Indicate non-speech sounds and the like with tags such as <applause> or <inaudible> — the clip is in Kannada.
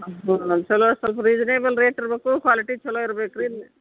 <unintelligible> ಚೊಲೋ ಸ್ವಲ್ಪ ರೀಸನೇಬಲ್ ರೇಟ್ ಇರ್ಬೇಕು ಕ್ವಾಲಿಟಿ ಚೊಲೋ ಇರ್ಬೇಕು ರೀ